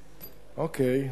אוקיי.